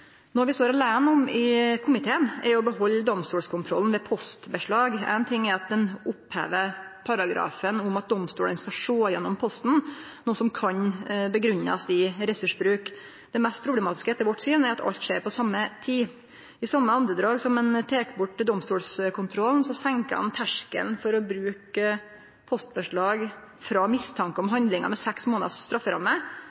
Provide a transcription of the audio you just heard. når det gjeld utsett underretning ved beslag og utleveringspålegg, som innhenting av trafikkdata frå teleselskap. Noko vi står aleine om i komiteen, er å behalde domstolskontrollen ved postbeslag. Ein ting er at ein opphevar paragrafen om at domstolane skal sjå gjennom posten, noko som kan grunngjevast i ressursbruk. Det mest problematiske er etter vårt syn at alt skjer på same tid. I same andedrag som ein tek bort domstolskontrollen, senkar ein terskelen for å bruke